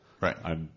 Right